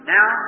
Now